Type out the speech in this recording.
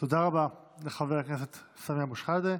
תודה לחבר הכנסת סמי אבו שחאדה.